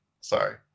Sorry